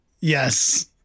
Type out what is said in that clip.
Yes